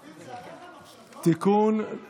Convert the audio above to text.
להשגת יעדי התקציב לשנות התקציב 2017 ו-2018) (תיקון מס'